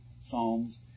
Psalms